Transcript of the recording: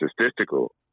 statistical